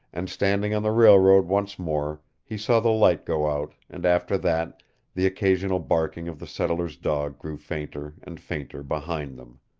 and standing on the railroad once more he saw the light go out and after that the occasional barking of the settler's dog grew fainter and fainter behind them.